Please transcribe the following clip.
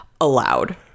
allowed